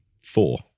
Four